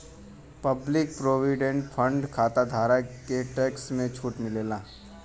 public provident fund खाताधारक के tax में छूट मिलला